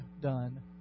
done